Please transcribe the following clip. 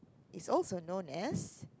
is also known as